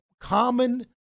common